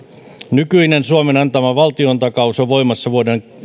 nykyinen suomen antama valtiontakaus on voimassa vuoden